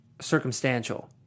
circumstantial